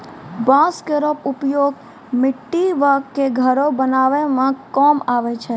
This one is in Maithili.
बांस केरो उपयोग मट्टी क घरो बनावै म काम आवै छै